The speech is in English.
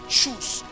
choose